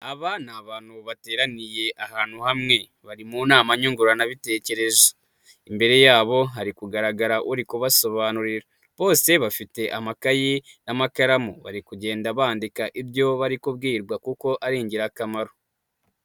Aba ni abantu bateraniye ahantu hamwe, bari mu nama nyunguranabitekerezo. Imbere yabo hari kugaragara uri kubasobanurira. Bose bafite amakayi n'amakaramu bari kugenda bandika ibyo bari kubwirwa kuko ari ingirakamaro.